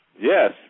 Yes